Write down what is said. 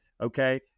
Okay